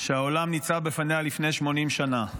שהעולם ניצב בפניה לפני 80 שנה.